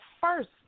first